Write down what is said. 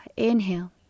Inhale